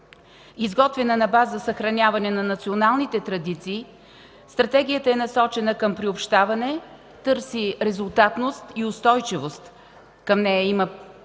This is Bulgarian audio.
Изготвяне на база съхраняване на националните традиции, Стратегията е насочена към приобщаване, търси резултатност и устойчивост. Към нея има подробен